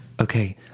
Okay